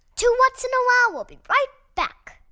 two whats? and a wow! will be right back.